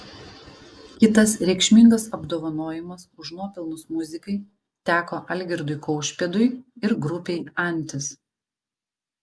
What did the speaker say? kitas reikšmingas apdovanojimas už nuopelnus muzikai teko algirdui kaušpėdui ir grupei antis